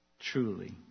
Truly